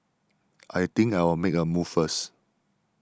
I think I'll make a move first